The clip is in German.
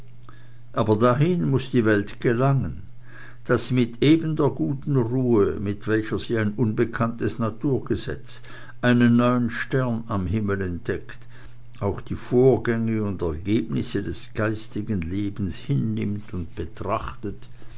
aber dahin muß die welt gelangen daß sie mit eben der guten ruhe mit welcher sie ein unbekanntes naturgesetz einen neuen stern am himmel entdeckt auch die vorgänge und ergebnisse des geistigen lebens hinnimmt und betrachtet